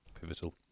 pivotal